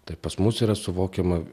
tai pas mus yra suvokiama